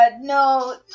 no